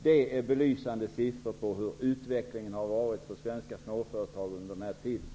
Det är siffror som belyser utvecklingen för svenska småföretag under den här tiden.